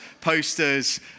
posters